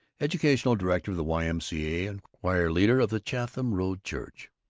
educational director of the y m c a. and choir-leader of the chatham road church.